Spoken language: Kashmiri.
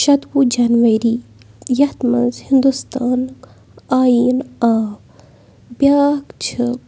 شَتوُہ جَنؤری یَتھ منٛز ہِندُستانُک آیٖن آو بیٛاکھ چھِ